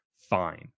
fine